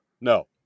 No